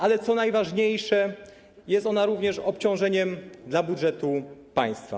Ale co najważniejsze, jest to również obciążeniem dla budżetu państwa.